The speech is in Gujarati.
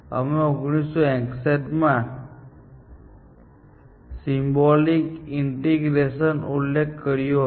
અમે 1961 માં સિમ્બોલિક ઈન્ટિગ્રશન નો ઉલ્લેખ કર્યો હતો